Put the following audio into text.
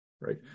right